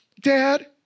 Dad